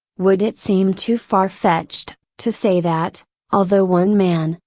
would it seem too far fetched, to say that, although one man,